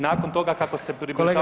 Nakon toga kako se